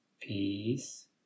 peace